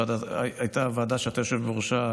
הייתה ועדה שאתה יושב בראשה,